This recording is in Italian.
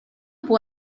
può